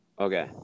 Okay